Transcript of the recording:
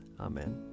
Amen